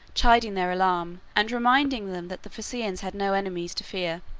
chiding their alarm, and reminding them that the phaeacians had no enemies to fear.